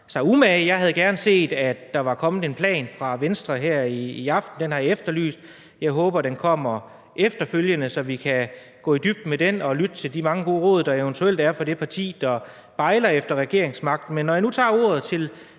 sig umage. Jeg havde gerne set, at der var kommet en plan fra Venstre her i aften. Den har jeg efterlyst. Jeg håber, at den kommer efterfølgende, så vi kan gå i dybden med den og lytte til de mange gode råd, der eventuelt kommer fra det parti, der bejler til regeringsmagten.